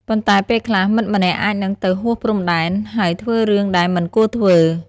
ប៉ុន្តែពេលខ្លះ មិត្តម្នាក់អាចនឹងទៅហួសព្រំដែន ហើយធ្វើរឿងដែលមិនគួរធ្វើ។